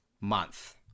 month